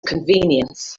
convenience